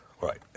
right